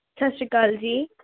ਸਤਿ ਸ਼੍ਰੀ ਅਕਾਲ ਜੀ